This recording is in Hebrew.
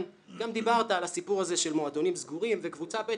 וגם דיברת על הסיפור הזה של מועדונים סגורים וקבוצה ב',